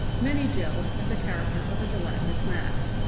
many gels have the character of a gelatinous mass.